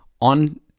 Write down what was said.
on